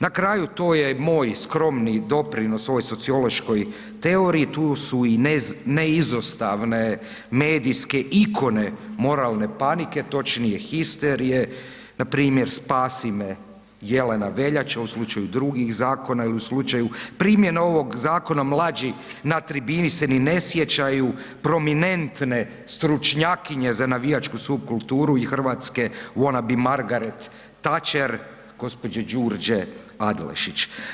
Na kraju to je moj skromni doprinos ovoj sociološkoj teoriji, tu su i neizostavne medijske ikone moralne panike točnije histerije, primjer „Spasi me“ Jelena Veljača u slučaju drugih zakona ili u slučaju primjene ovog zakona mlađi na tribini se ni ne sjećaju prominentne stručnjakinje za navijačku supkulturu i Hrvatske ona bi Margaret Thatcher gospođe Đurđe Adlešić.